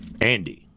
Andy